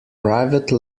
private